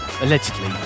allegedly